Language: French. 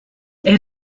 est